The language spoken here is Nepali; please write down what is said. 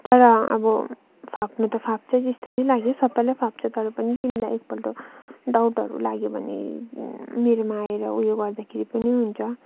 तर अब फाप्नु त फाप्छ जस्तो नि लाग्यो सबलाई फाप्छ तर पनि तिमीलाई एक पल्ट डाउटहरू लाग्यो भने मेरोमा आएर उयो गर्दाखेरि पनि हुन्छ